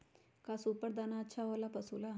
का सुपर दाना अच्छा हो ला पशु ला?